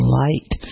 light